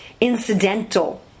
incidental